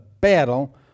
battle